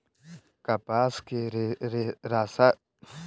कपास के रेसा के पीटाला तब एमे से बिया निकलेला